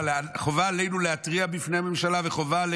חובה עלינו להתריע בפני הממשלה וחובה עלינו,